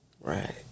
Right